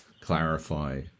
clarify